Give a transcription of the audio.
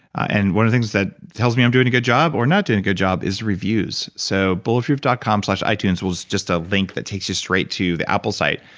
and one of the things that tells me i'm doing a good job or not doing a good job is reviews, so bulletproof dot com slash itunes was just a link that takes you straight to the apple site,